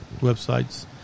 websites